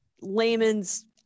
layman's